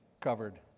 covered